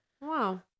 Wow